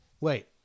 wait